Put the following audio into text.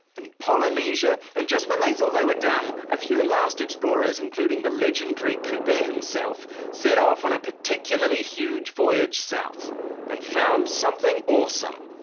and polynesia, and just when they thought they were done a few last explorers including the legendary kupe himself set off on a particularly huge voyage south and found something awesome,